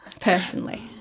personally